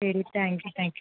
ശരി thank you thank U